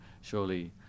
surely